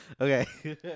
Okay